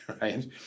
right